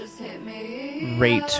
rate